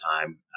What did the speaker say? time